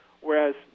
Whereas